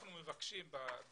אנחנו מבקשים בדיון